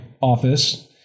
office